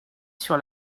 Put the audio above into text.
sur